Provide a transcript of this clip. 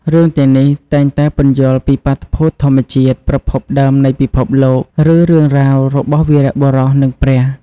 រឿងទាំងនេះតែងតែពន្យល់ពីបាតុភូតធម្មជាតិ ប្រភពដើមនៃពិភពលោក ឬរឿងរ៉ាវរបស់វីរបុរស និងព្រះ។